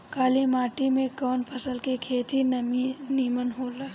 काली माटी में कवन फसल के खेती नीमन होई?